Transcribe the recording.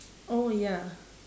oh ya